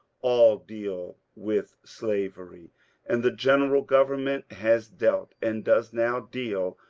all deal with slavery and the general government has dealt, and does now deal,